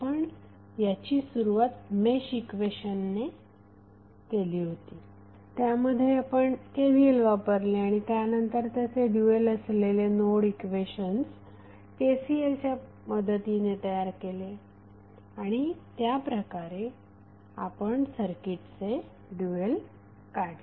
आपण याची सुरुवात मेश इक्वेशन्सने केली होती यामध्ये आपण KVL वापरले आणि त्यानंतर त्याचे ड्यूएल असलेले नोड इक्वेशन्स KCL च्या मदतीने तयार केले आणि त्या प्रकारे आपण सर्किटचे ड्यूएल काढले